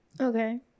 okay